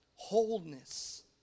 wholeness